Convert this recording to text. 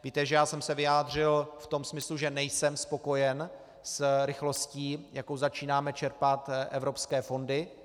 Víte, že já jsem se vyjádřil v tom smyslu, že nejsem spokojen s rychlostí, s jakou začínáme čerpat evropské fondy.